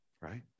Right